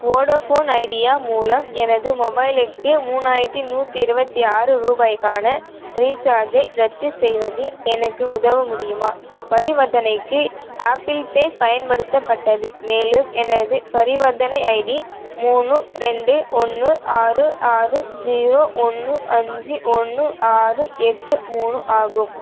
Vodafone Idea மூலம் எனது மொபைலுக்கு மூணாயிரத்தி நூற்றி இருபத்தி ஆறு ரூபாய்க்கான ரீசார்ஜை ரத்து செய்வதில் எனக்கு உதவு முடியுமா பரிவர்த்தனைக்கு ஆப்பிள் பே பயன்படுத்தப்பட்டது மேலும் எனது பரிவர்த்தனை ஐடி மூணு ரெண்டு ஒன்று ஆறு ஆறு ஸீரோ ஒன்று அஞ்சு ஒன்று ஆறு எட்டு மூணு ஆகும்